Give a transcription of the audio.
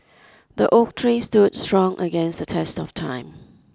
the oak tree stood strong against the test of time